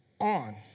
On